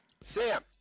Sam